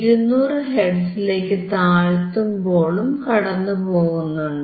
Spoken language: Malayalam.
200 ഹെർട്സിലേക്കു താഴ്ത്തുമ്പോളും കടന്നുപോകുന്നുണ്ട്